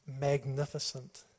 magnificent